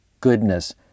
goodness